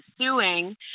suing